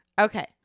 Okay